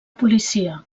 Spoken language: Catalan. policia